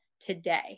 today